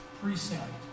precept